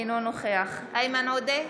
אינו נוכח איימן עודה,